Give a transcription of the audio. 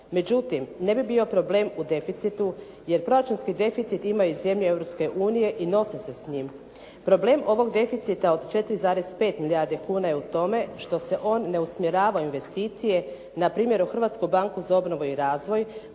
Međutim, ne bi bio problem u deficitu, jer proračunski deficit imaju zemlje Europske unije i nose se s njim. Problem ovog deficita od 4,5 milijardi kuna je u tome što se on ne usmjerava u investicije npr. u Hrvatsku banku za obnovu i razvoj